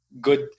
good